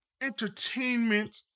entertainment